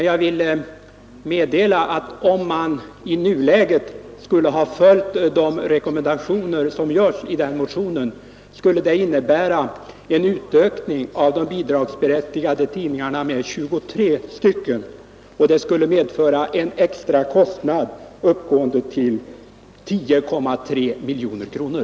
Jag kan meddela att om man i nuläget skulle ha följt de rekommendationer som görs i den motionen, skulle det innebära en utökning av de bidragsberättigade tidningarna med 23 stycken. Det skulle medföra en extra kostnad uppgående till 10,3 miljoner kronor.